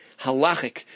halachic